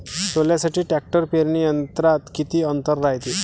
सोल्यासाठी ट्रॅक्टर पेरणी यंत्रात किती अंतर रायते?